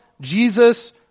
Jesus